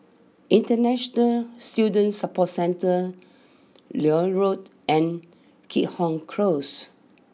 International Student Support Centre Lloyd Road and Keat Hong close